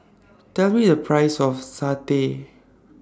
Tell Me The Price of Satay